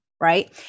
Right